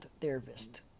therapist